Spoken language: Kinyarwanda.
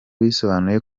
bisobanuye